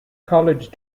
college